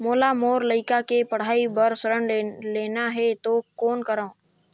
मोला मोर लइका के पढ़ाई बर ऋण लेना है तो कौन करव?